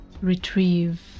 retrieve